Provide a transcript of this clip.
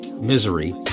misery